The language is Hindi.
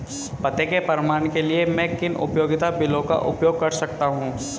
पते के प्रमाण के लिए मैं किन उपयोगिता बिलों का उपयोग कर सकता हूँ?